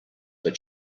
but